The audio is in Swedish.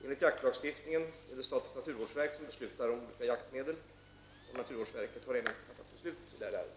Enligt jaktlagstiftningen är det statens naturvårdsverk som beslutar om olika jaktmedel. Naturvårdsverket har ännu inte fattat beslut i ärendet.